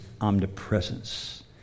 omnipresence